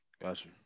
Gotcha